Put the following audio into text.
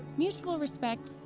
mutual respect,